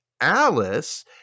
Alice